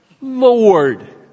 Lord